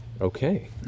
Okay